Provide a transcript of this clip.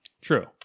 True